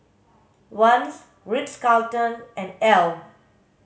Vans Ritz Carlton and Elle